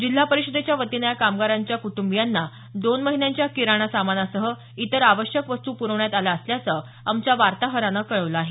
जिल्हा परिषदेच्या वतीनं या कामगारांच्या कुटुंबियांना दोन महिन्यांच्या किराणा सामानासह इतर आवश्यक वस्तू पुरवण्यात आल्या असल्याचं आमच्या वार्ताहरानं कळवलं आहे